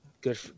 Good